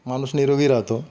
माणूस निरोगी राहतो